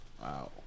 Wow